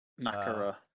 Nakara